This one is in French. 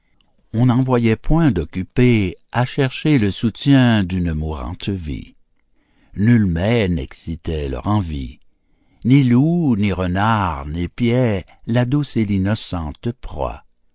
on n'en voyait point d'occupés à chercher le soutien d'une mourante vie nul mets n'excitait leur envie ni loups ni renards n'épiaient la douce et l'innocente proie